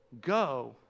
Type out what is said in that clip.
go